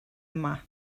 yna